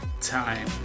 time